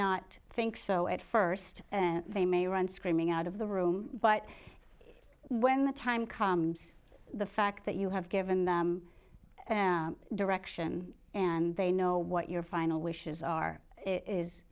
not think so at st they may run screaming out of the room but when the time comes the fact that you have given them direction and they know what your final wishes are i